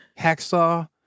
hacksaw